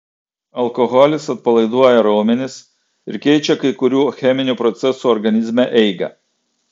alkoholis atpalaiduoja raumenis ir keičia kai kurių cheminių procesų organizme eigą